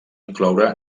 incloure